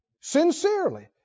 sincerely